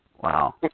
wow